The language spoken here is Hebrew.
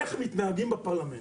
איך מתנהגים בפרלמנט.